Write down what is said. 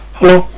Hello